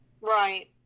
Right